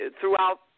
throughout